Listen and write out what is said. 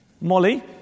Molly